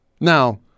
Now